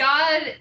God